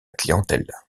clientèle